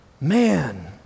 Man